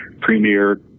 premier